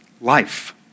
life